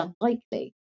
unlikely